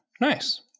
nice